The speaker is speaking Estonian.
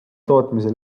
tootmise